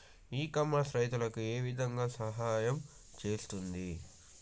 ఇ commerce రైతులకు ఏ విధంగా సహాయం చేస్తుంది?